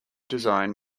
design